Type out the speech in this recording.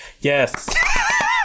yes